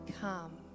come